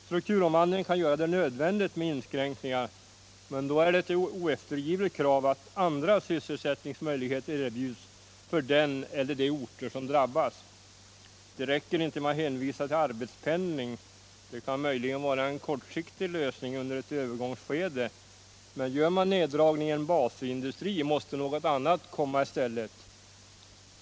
Strukturomvandlingen kan göra det nödvändigt med inskränkningar, men då är ett oeftergivligt krav att andra sysselsättningsmöjligheter erbjuds för den eller de orter som drabbas. Det räcker inte med att hänvisa till arbetspendling —- det kan möjligen vara en kortsiktig lösning under ett övergångsskede. Företar man en neddragning i en basindustri, så måste något annat komma i stället.